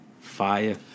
Fire